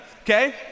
okay